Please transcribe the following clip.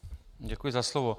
Děkuji za slovo.